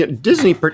Disney